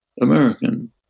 American